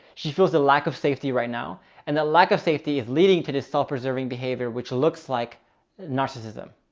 she feels the lack of safety right now and the lack of safety is leading to this self preserving behavior, which looks like narcissism.